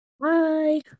Bye